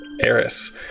Eris